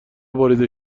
بریده